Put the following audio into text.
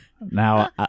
Now